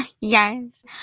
Yes